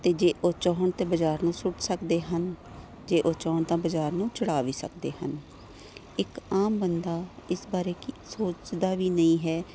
ਅਤੇ ਜੇ ਉਹ ਚਾਹੁਣ ਤਾਂ ਬਾਜ਼ਾਰ ਨੂੰ ਸੁੱਟ ਸਕਦੇ ਹਨ ਜੇ ਉਹ ਚਾਹੁਣ ਤਾਂ ਬਾਜ਼ਾਰ ਨੂੰ ਚੜਾ ਵੀ ਸਕਦੇ ਹਨ ਇੱਕ ਆਮ ਬੰਦਾ ਇਸ ਬਾਰੇ ਕੀ ਸੋਚਦਾ ਵੀ ਨਹੀਂ ਹੈ